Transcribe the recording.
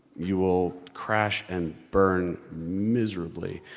you will crash and burn miserably.